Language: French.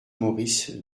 maurice